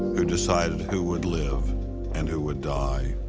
who decided who would live and who would die.